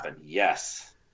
Yes